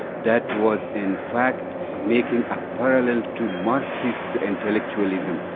that was in fact making a parallel to marxist intellectualism.